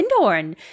Windhorn